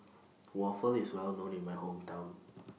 Waffle IS Well known in My Hometown